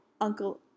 uncle